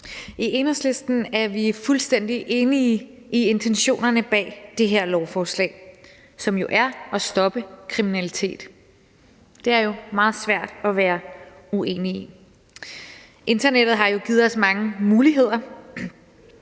I Enhedslisten er vi fuldstændig enige i intentionerne bag det her lovforslag, som jo er at stoppe kriminalitet. Det er jo meget svært at være uenig i. Internettet har givet os mange muligheder,